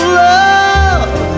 love